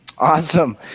awesome